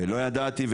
ולא ידעתי,